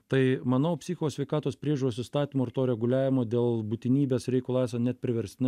tai manau psichikos sveikatos priežiūros įstatymo ir to reguliavimo dėl būtinybės reikalui esan net priverstinai